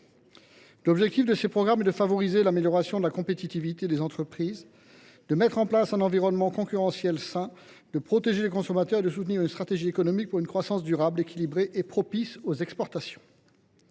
L’objectif de ces programmes est d’améliorer la compétitivité des entreprises, d’instaurer un environnement concurrentiel sain, de protéger les consommateurs et de soutenir une stratégie économique pour une croissance durable, équilibrée et propice aux exportations.